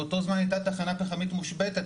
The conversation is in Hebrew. באותו זמן הייתה תחנה פחמית מושבתת.